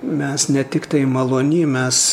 mes ne tiktai malony mes